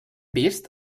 vist